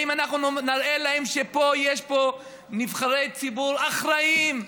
האם אנחנו נראה להם שיש פה נבחרי ציבור אחראים,